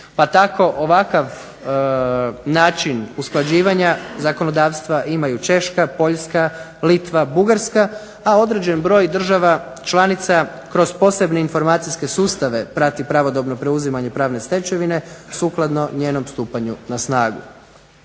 pa tako ovakav način usklađivanja zakonodavstva imaju Češka, Poljska, Litva, Bugarska, a određen broj država članica kroz posebne informacijske sustave prati pravodobno preuzimanje pravne stečevine sukladno njenom stupanju na snagu.